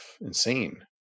insane